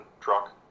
truck